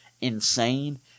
insane